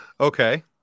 Okay